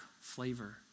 flavor